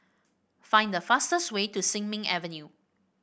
find the fastest way to Sin Ming Avenue